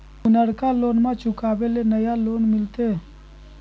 पुर्नका लोनमा चुकाबे ले नया लोन मिलते?